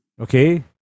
Okay